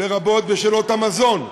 לרבות בשאלות המזון,